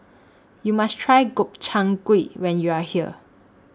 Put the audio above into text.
YOU must Try Gobchang Gui when YOU Are here